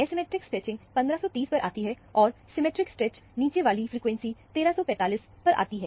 asymmetric stretching 1530 पर आती है और सिमेट्रिक स्ट्रेचिंग नीचे वाली फ्रीक्वेंसी 1345 पर आती है